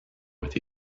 with